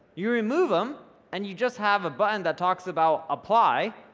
you remove them and you just have a button that talks about apply,